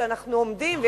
שאנחנו עומדים בו,